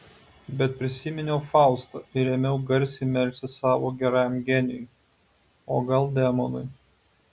bet prisiminiau faustą ir ėmiau garsiai melstis savo gerajam genijui o gal demonui